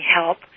help